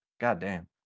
goddamn